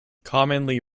commonly